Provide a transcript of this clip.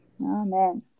Amen